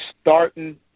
starting